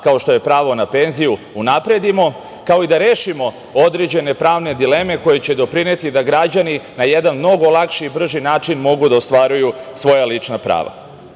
kao što je pravo na penziju, unapredimo, kao i da rešimo određene pravne dileme koje će doprineti da građani na jedan mnogo lakši i brži način mogu da ostvaruju svoja lična prava. Pravo